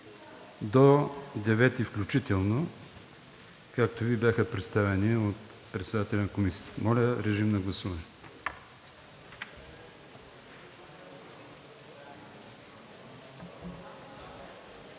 до 9 включително, както ви бяха представени от председателя на Комисията. Моля, режим на гласуване.